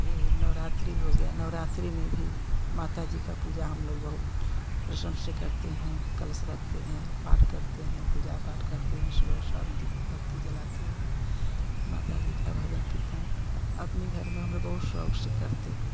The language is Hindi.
ये नवरात्रि हो गया नवरात्रि में भी माता जी का पूजा हम लोग बहुत प्रसन्न से करते हैं कलश रखते हैं पाठ करते हैं पूजा पाठ करते हैं सुबह शाम दीप बत्ती जलाते हैं माता जी का भजन कीर्तन अपने घर में हम लोग बहुत शौक़ से करते हैं